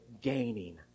gaining